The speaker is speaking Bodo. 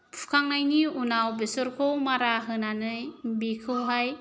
फुखांनायनि उनाव बेसरखौ मारा होनानै बेखौहाय